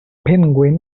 penguin